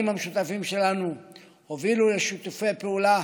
המשותפים שלנו הובילו לשיתופי הפעולה